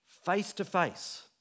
face-to-face